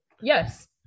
Yes